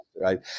right